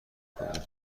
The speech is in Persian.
کنیم